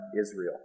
Israel